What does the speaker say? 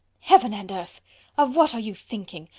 heaven and earth of what are you thinking?